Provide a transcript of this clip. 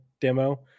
demo